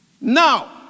Now